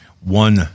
One